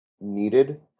needed